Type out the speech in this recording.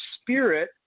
Spirit